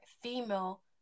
female